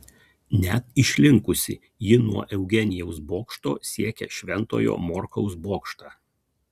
net išlinkusi ji nuo eugenijaus bokšto siekia šventojo morkaus bokštą